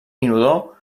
inodor